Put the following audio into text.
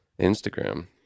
Instagram